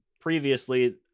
previously